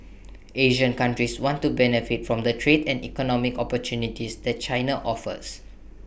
Asian countries want to benefit from the trade and economic opportunities that China offers